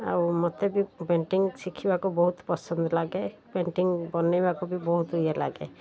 ଆଉ ମୋତେ ବି ପେଣ୍ଟିଙ୍ଗ ଶିଖିବାକୁ ବହୁତ ପସନ୍ଦ ଲାଗେ ପେଣ୍ଟିଙ୍ଗ ବନାଇବାକୁ ବି ବହୁତ ଇଏ ଲାଗେ